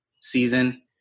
season